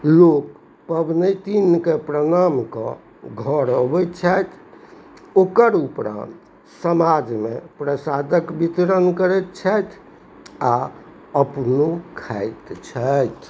लोक पबनैतिनके प्रणाम कऽ घर अबै छथि ओकर उपरान्त समाजमे प्रसादके वितरण करै छथि आओर अपनो खाइत छथि